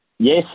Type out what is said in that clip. Yes